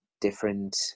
different